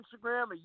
Instagram